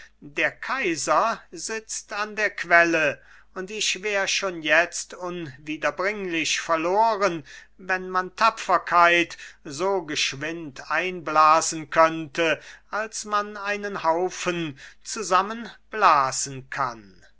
der kaiser sitzt an der quelle und ich wär schon jetzt unwiederbringlich verloren wenn man tapferkeit so geschwind einblasen könnte als man einen haufen zusammenblasen kann